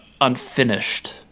unfinished